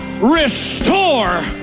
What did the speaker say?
restore